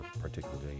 particularly